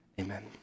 Amen